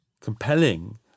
compelling